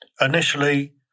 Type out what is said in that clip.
Initially